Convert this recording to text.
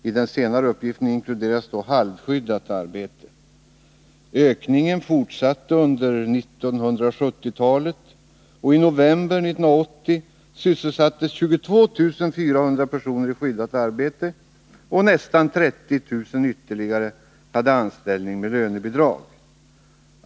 I den senare uppgiften inkluderas halvskyddat arbete. Ökningen fortsatte under 1970-talet, och i november 1980 sysselsattes 22 400 personer i skyddat arbete medan nästan 30 000 hade anställning med lönebidrag.